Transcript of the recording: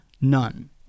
none